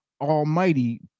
Almighty